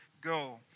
go